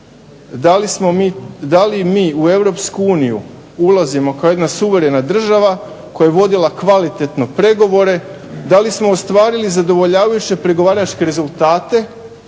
da li mi u Europsku uniju ulazimo kao jedna suverena država koja je vodila kvalitetno pregovore, da li smo ostvarili zadovoljavajuće pregovaračke rezultate